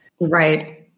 Right